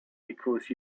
because